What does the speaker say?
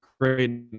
great